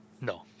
No